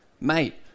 Mate